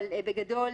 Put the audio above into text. בגדול,